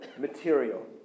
material